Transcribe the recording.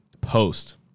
post